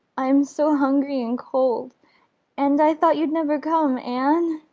i'm so hungry and cold and i thought you'd never come, anne.